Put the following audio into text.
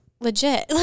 legit